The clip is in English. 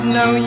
no